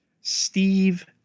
Steve